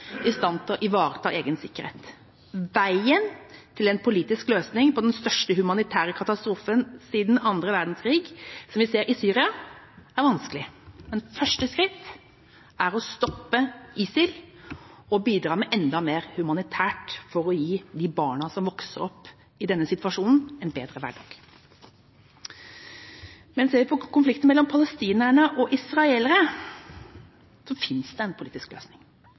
i stand til å ivareta egen sikkerhet. Veien til en politisk løsning på den største humanitære katastrofen siden annen verdenskrig som vi ser i Syria, er vanskelig. Men første skritt er å stoppe ISIL og bidra med enda mer humanitært for å gi de barna som vokser opp i denne situasjonen, en bedre hverdag. Men ser vi på konflikten mellom palestinere og israelere, finnes det en politisk løsning.